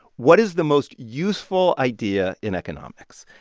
what is the most useful idea in economics?